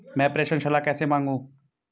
मैं प्रेषण सलाह कैसे मांगूं?